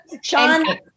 Sean